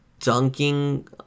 dunking